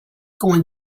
going